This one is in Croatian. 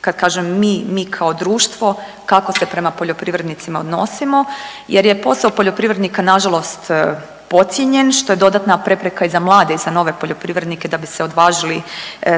kad kažem mi, mi kao društvo kako se prema poljoprivrednicima odnosimo jer je posao poljoprivrednika na žalost podcijenjen što je dodatna prepreka i za mlade i za nove poljoprivrednike da bi se odvažili